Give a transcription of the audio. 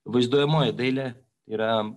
vaizduojamoji dailė yra